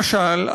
למשל,